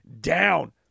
down